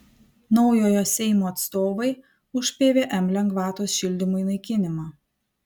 naujojo seimo atstovai už pvm lengvatos šildymui naikinimą